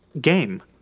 game